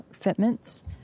fitments